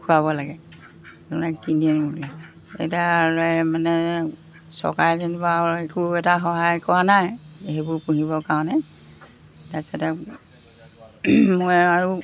খুৱাব লাগে নে কিনি আনিব লাগে এতিয়া মানে চৰকাৰে যেনিবা আৰু একো এটা সহায় কৰা নাই সেইবোৰ পুহিবৰ কাৰণে তাৰপিছতে মই আৰু